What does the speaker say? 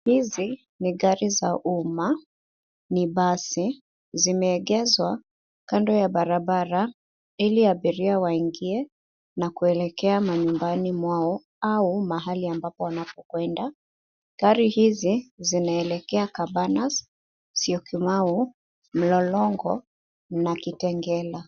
Hizi ni gari za umma. Ni basi, zimeegeshwa kando ya barabara ili abiria waingie na kuelekea manyumbani mwao au mahali ambapo wanapokwenda .Gari hizi zinaelekea Cabanos, Syokimau, Mlolongo na Kitengela.